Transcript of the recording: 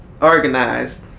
organized